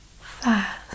fast